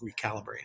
recalibrate